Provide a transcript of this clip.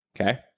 Okay